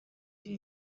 iri